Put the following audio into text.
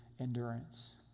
endurance